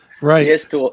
Right